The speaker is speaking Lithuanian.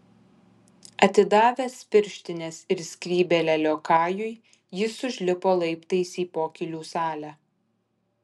atidavęs pirštines ir skrybėlę liokajui jis užlipo laiptais į pokylių salę